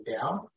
down